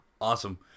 Awesome